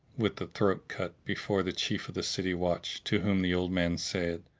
with the throat cut, before the chief of the city watch, to whom the old man said,